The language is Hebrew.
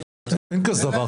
אין כזה דבר.